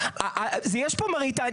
יש פה Money Time.